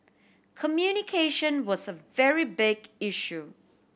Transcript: communication was a very big issue